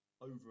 over